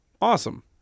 awesome